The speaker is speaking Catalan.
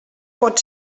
pot